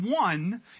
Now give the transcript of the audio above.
one